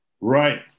Right